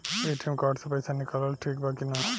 ATM card से पईसा निकालल ठीक बा की ना?